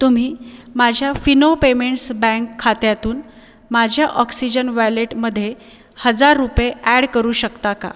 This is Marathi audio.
तुम्ही माझ्या फिनो पेमेंट्स बँक खात्यातून माझ्या ऑक्सिजन वॅलेटमध्ये हजार रुपये ॲड करू शकता का